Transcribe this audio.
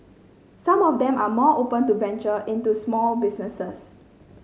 some of them are more open to venture into small businesses